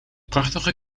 prachtige